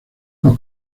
los